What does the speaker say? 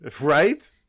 Right